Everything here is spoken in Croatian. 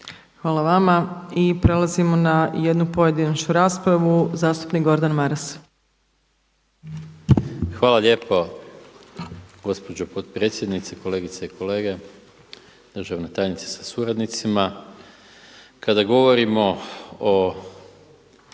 Hvala vama. I prelazimo na jednu pojedinačnu raspravu, zastupnik Gordan Maras. **Maras, Gordan (SDP)** Hvala lijepo gospođo potpredsjednice, kolegice i kolege, državna tajnice sa suradnicima. Kada govorimo o